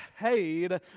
paid